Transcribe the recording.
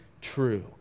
true